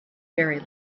very